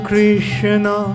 Krishna